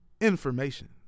information